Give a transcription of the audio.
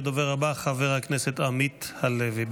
הדובר הבא, חבר הכנסת עמית הלוי.